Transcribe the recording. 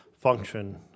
function